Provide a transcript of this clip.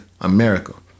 America